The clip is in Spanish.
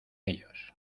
ellos